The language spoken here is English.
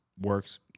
works